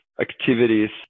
activities